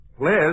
Liz